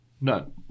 None